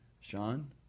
Sean